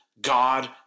God